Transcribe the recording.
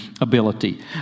ability